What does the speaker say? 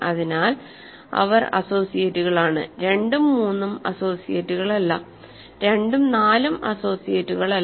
അതിനാൽ അവർ അസോസിയേറ്റുകളാണ് 2 ഉം 3 ഉം അസോസിയേറ്റുകളല്ല 2 ഉം 4 ഉം അസോസിയേറ്റുകൾ അല്ല